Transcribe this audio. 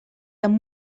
amb